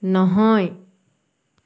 নহয়